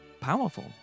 powerful